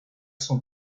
son